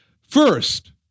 First